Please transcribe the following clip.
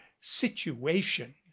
situation